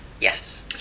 Yes